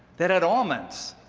that had almonds,